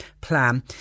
Plan